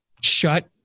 Shut